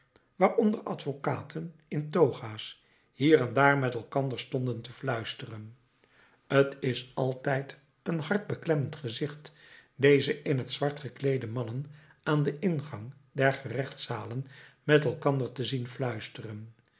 waaronder advocaten in toga's hier en daar met elkander stonden te fluisteren t is altijd een hartbeklemmend gezicht deze in t zwart gekleede mannen aan den ingang der gerechtszalen met elkander te zien fluisteren